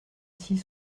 six